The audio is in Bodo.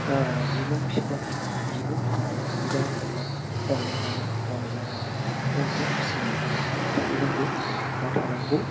बिमा बिफा बिब' बिनानाव बिदा फंबाय अनलायनानै रंजानानै रंजा खुसियै थानो नांगौ बा थानांगौ